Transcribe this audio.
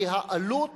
כי העלות